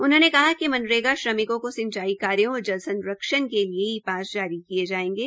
उन्होंने कहा कि मनरेगा श्रमिकों को सिंचाई कार्यो और जल संरक्षण के लिए ई पास जारी किए जायेंगे